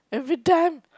every time